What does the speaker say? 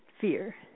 fear